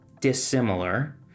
dissimilar